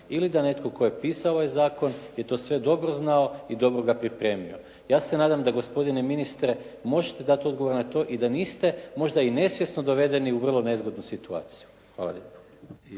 ili da netko tko je pisao ovaj zakon je to sve dobro znao i dobro ga pripremio. Ja se nadam da gospodine ministre možete dati odgovor na to i da niste možda i nesvjesno dovedeni u vrlo nezgodnu situaciju. Hvala lijepo.